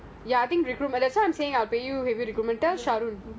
ya I think recruit better so I'm saying